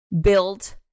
build